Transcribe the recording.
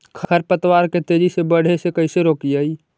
खर पतवार के तेजी से बढ़े से कैसे रोकिअइ?